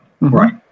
Right